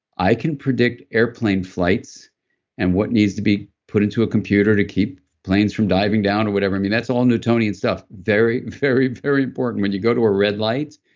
i can predict airplane flights and what needs to be put into a computer to keep planes from diving down or whatever. that's all newtonian stuff. very, very very important. when you go to a red light,